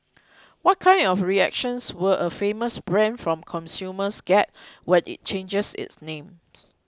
what kind of reactions will a famous brand from consumers get when it changes its name